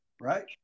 right